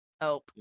help